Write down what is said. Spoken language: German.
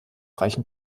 reichen